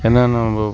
ஏன்னா நம்ம